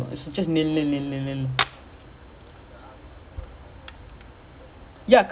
oh ya ya they was saying something the [one] the Arsenal one of the month was the freaking penalty like damn sad